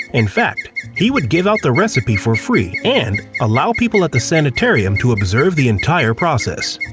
in fact, he would give out the recipe for free and allow people at the sanitarium to observe the entire process.